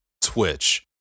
Twitch